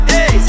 Hey